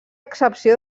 excepció